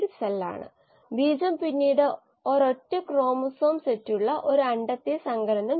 rxμx സാഹചര്യം അനുസരിച്ച് mu ഒരു കോൺസ്റ്റന്റ് ആയിരിക്കാം അല്ലെങ്കിൽ ഉണ്ടാകില്ല എന്നത് ശ്രദ്ധിക്കുക